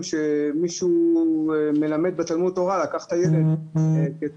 אנחנו גם נתקלנו במקרים שמישהו שמלמד בתלמוד תורה לקח את הילד בטרמפ,